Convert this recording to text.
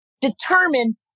determine